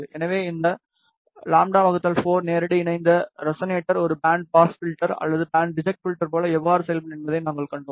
எனவே இந்த λ 4 நேரடி இணைந்த ரெசனேட்டர் ஒரு பேண்ட் பாஸ் ஃப்ல்டர் அல்லது பேண்ட் ரிஐட் ஃப்ல்டர் போல எவ்வாறு செயல்படும் என்பதை நாங்கள் கண்டோம்